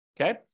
Okay